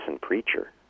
preacher